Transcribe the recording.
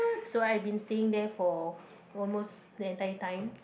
so I have been staying there for almost the entire time